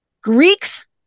Greeks